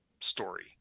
story